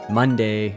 Monday